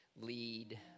lead